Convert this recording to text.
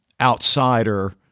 outsider